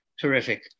terrific